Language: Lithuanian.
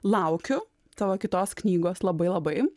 laukiu tavo kitos knygos labai labai